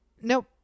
Nope